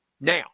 Now